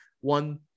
one